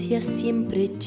Siempre